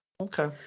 Okay